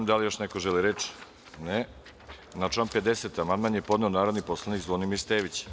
Da li još neko želi reč? (Ne) Na član 50. amandman je podneo narodni poslanik Zvonimir Stević.